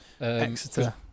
Exeter